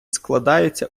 складається